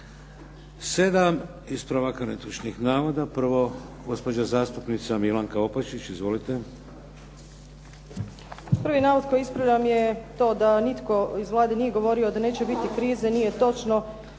Sedam ispravaka netočnih navoda. Prvo gospođa zastupnica Milanka Opačić. Izvolite. **Opačić, Milanka (SDP)** Prvi navod koji ispravljam je to da nitko iz Vlade nije govorio da neće biti krize. Nije točno.